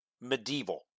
medieval